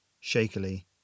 Shakily